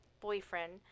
boyfriend